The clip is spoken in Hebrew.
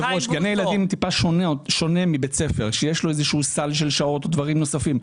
גני ילדים הם שונים מבית ספר שיש לו איזשהו סל של שעות ודברים נוספים.